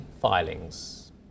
Filings